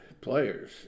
players